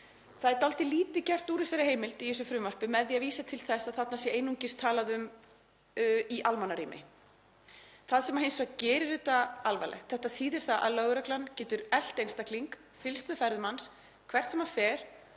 Það er dálítið lítið gert úr þessari heimild í þessu frumvarpi með því að vísa til þess að þarna sé einungis talað um eftirlit í almannarými. Það sem hins vegar gerir þetta alvarlegt er að þetta þýðir að lögreglan getur elt einstakling, fylgst með ferðum hans hvert sem hann fer